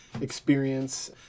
experience